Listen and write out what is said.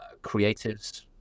creatives